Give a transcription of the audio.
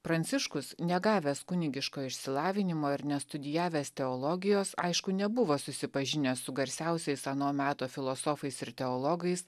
pranciškus negavęs kunigiško išsilavinimo ir nestudijavęs teologijos aišku nebuvo susipažinęs su garsiausiais ano meto filosofais ir teologais